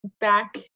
back